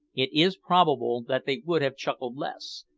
it is probable that they would have chuckled less,